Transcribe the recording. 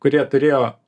kurie turėjo